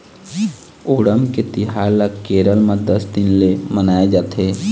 ओणम के तिहार ल केरल म दस दिन ले मनाए जाथे